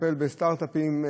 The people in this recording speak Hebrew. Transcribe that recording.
לטפל בסטרט-אפים,